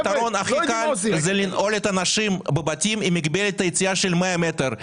הפתרון הכי קל הוא לנעול את האנשים בבתים עם מגבלת יציאה של 100 מטרים,